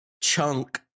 chunk